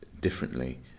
differently